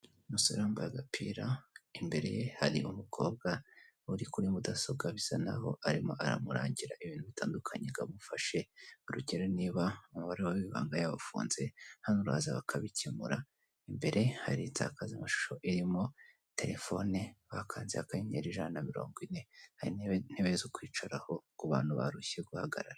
Umusore wambaye agapira, imbere ye hari umukobwa uri kuri mudasobwa bisa naho arimo aramurangira ibintu bitandukanye ngo amufashe, urugero niba umubare we w'ibanga yawufunze hano uraza bakabikemura, imbere hari intebe insakazamashusho irimo telefone bakanze akanynyeri ijana na mirongo ine, hari n'intebe zo kwicaraho ku bantu barushye guhagarara.